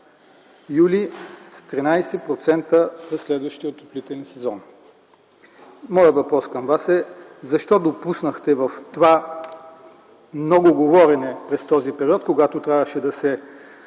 юли с 13% за следващия отоплителен сезон. Моят въпрос към Вас е защо допуснахте в това много говорене през този период, когато трябваше да се